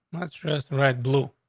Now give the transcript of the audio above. monstrous right, blue.